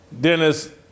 Dennis